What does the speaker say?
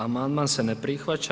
Amandman se ne prihvaća.